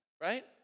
right